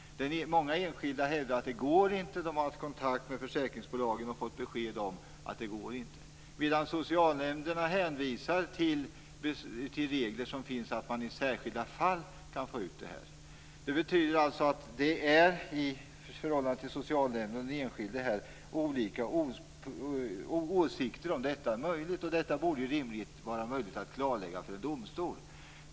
Många enskilda hävdar att det inte går. Man har haft kontakt med försäkringsbolagen och fått besked om att det inte går. Socialnämnden hänvisar däremot till regler om att man kan få ut pengarna i särskilda fall. Det råder alltså olika åsikter hos socialnämnden och den enskilde om huruvida detta är möjligt. Detta borde rimligen vara möjligt att klarlägga för en domstol.